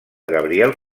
gabriel